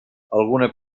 alguna